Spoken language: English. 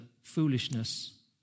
foolishness